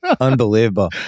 Unbelievable